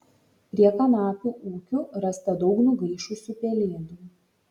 prie kanapių ūkių rasta daug nugaišusių pelėdų